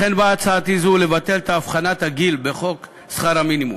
לכן באה הצעתי זו לבטל את הבחנת הגיל בחוק שכר מינימום.